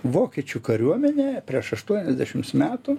vokiečių kariuomenė prieš aštuoniasdešims metų